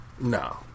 no